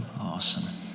Awesome